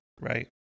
Right